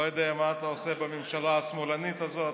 לא יודע מה אתה עושה בממשלה השמאלנית הזאת,